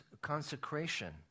consecration